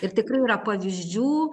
ir tikrai yra pavyzdžių